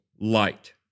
light